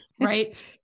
Right